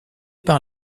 par